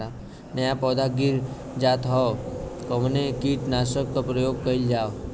नया नया पौधा गिर जात हव कवने कीट नाशक क प्रयोग कइल जाव?